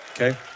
Okay